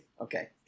Okay